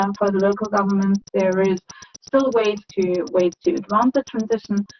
um for the local government, there is still a ways to ways to advance the transition,